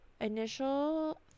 initial